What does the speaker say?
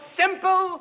simple